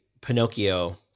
Pinocchio